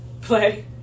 play